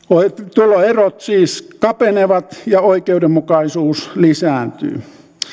tuloerot siis kapenevat ja oikeudenmukaisuus lisääntyy